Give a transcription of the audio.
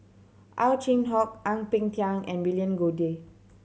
Ow Chin Hock Ang Peng Tiam and William Goode